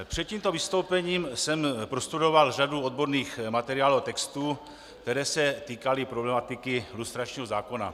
Před tímto vystoupením jsem prostudoval řadu odborných materiálů a textů, které se týkaly problematiky lustračního zákona.